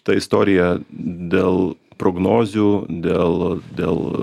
ta istorija dėl prognozių dėl dėl